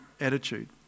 attitude